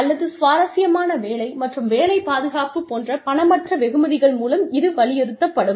அல்லது சுவாரஸ்யமான வேலை மற்றும் வேலை பாதுகாப்பு போன்ற பணமற்ற வெகுமதிகள் மூலம் இது வலியுறுத்தப்படும்